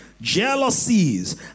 Jealousies